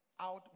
out